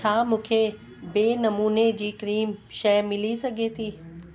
छा मूंखे ॿिए नमूने जी क्रीम शइ मिली सघी थी